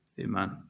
Amen